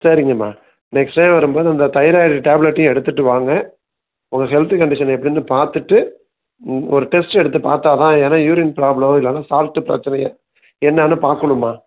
சரிங்கம்மா next time வரும் போது இந்த தைராய்டு டேப்லட்டையும் எடுத்துகிட்டு வாங்க உங்கள் ஹெல்த் கண்டிஷன் எப்படின்னு பார்த்துட்டு ம் ஒரு டெஸ்ட் எடுத்து பார்த்தா தான் ஏன்னா யூரின் ப்ராப்ளம் இல்லைனா சால்ட் பிரெச்சனை என்னனு பார்க்கணும்மா